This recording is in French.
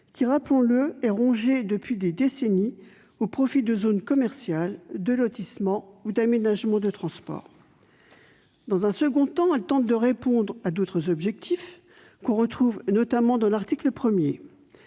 qui, rappelons-le, est rongé depuis des décennies au profit de zones commerciales, de lotissements ou d'aménagements de transport. Ses auteurs tentent par ailleurs de répondre à d'autres objectifs, que l'on retrouve notamment à l'article 1